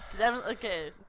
okay